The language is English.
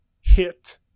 hit